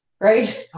right